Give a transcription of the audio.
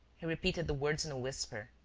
he repeated the words in a whisper,